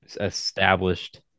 established